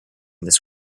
this